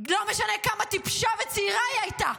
לא משנה כמה טיפשה וצעירה היא הייתה,